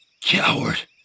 Coward